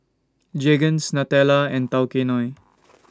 Jergens Nutella and Tao Kae Noi